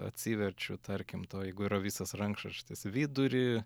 atsiverčiu tarkim to jeigu yra visas rankraštis vidurį